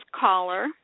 caller